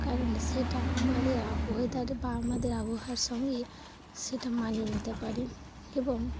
কারণ সেটা আমাদের আব ওয়েদারে বা আমাদের আবহাওয়ার সঙ্গে সেটা মানিয়ে নিতে পারে এবং